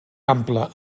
ample